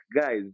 Guys